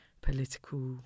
political